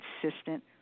consistent